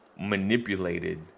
manipulated